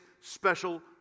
special